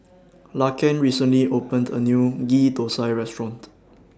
Laken recently opened A New Ghee Thosai Restaurant